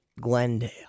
Glendale